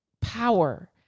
power